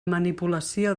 manipulació